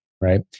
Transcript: Right